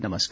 नमस्कार